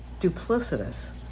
duplicitous